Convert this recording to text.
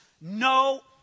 no